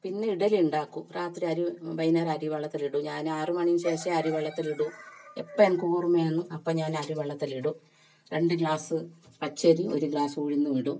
പിന്നെ ഇഡലി ഉണ്ടാക്കും രാത്രി അരി വൈകുന്നേരം അരി വെള്ളത്തിലിടും ഞാൻ ആറ് മണിക്ക് ശേഷം അരി വെള്ളത്തിലിടും എപ്പം എനിക്ക് ഓർമ്മയാണ് അപ്പം ഞാൻ അരി വെള്ളത്തിലിടും രണ്ട് ഗ്ലാസ് പച്ചരി ഒരു ഗ്ലാസ് ഉഴുന്നും ഇടും